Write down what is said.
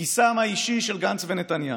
לכיסם האישי של גנץ ונתניהו.